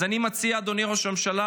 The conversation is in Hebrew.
אז אני מציע, אדוני ראש הממשלה: